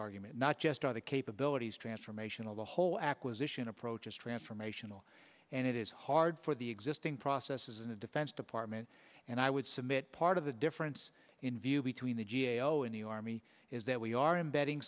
argument not just on the capabilities transformation of the whole acquisition approaches transformational and it is hard for the existing processes in the defense department and i would submit part of the difference in view between the g a o and the army is that we are embedding